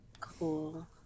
Cool